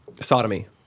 sodomy